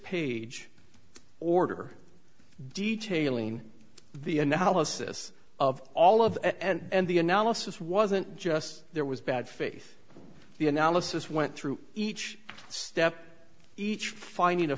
page order detailing the analysis of all of it and the analysis wasn't just there was bad faith the analysis went through each step each finding a